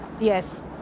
Yes